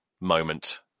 moment